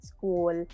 School